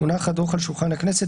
הונח הדוח על שולחן הכנסת,